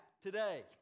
today